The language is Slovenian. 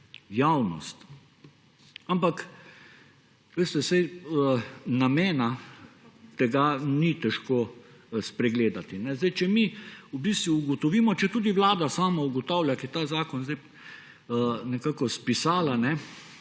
veste, saj namena tega ni težko spregledati. Če mi v bistvu ugotovimo, četudi vlada sama ugotavlja, ki je ta zakon nekako spisala,